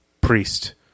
priest